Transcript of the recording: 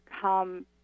come